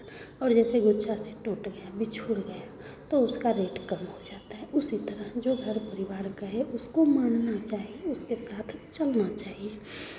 और जैसे गुच्छा से टूट गया बिछड़ गया तो उसका रेट कम हो जाता है उसी तरह जो घर परिवार का है उसको मानना चाहिए उसके साथ चलना चाहिए